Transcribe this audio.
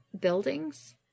buildings